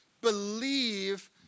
believe